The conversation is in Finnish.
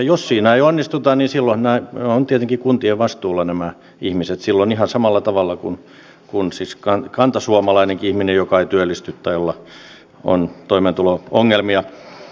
jos siinä ei onnistuta niin silloin nämä ihmiset ovat tietenkin kuntien vastuulla ihan samalla tavalla kuin kantasuomalainenkin ihminen joka ei työllisty tai jolla on toimeentulo ongelmia